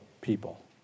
people